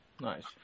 nice